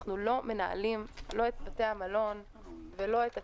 אנחנו לא מנהלים לא את בתי המלון ולא את הצימרים.